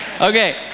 okay